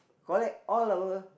collect all our